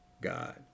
god